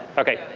ok,